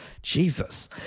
Jesus